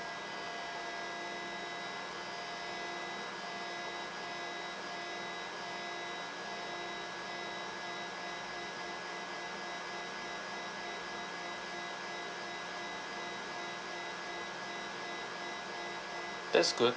that's good